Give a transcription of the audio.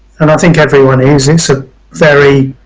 and i think everyone is, it's a very,